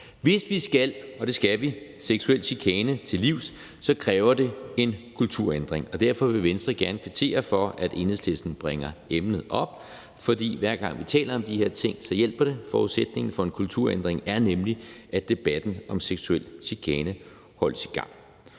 Hvis vi skal – og det skal vi – seksuel chikane til livs, kræver det en kulturændring, og derfor vil Venstre gerne kvittere for, at Enhedslisten bringer emnet op, for hver gang vi taler om de her ting, hjælper det. Forudsætningen for en kulturændring er nemlig, at debatten om seksuel chikane holdes i gang.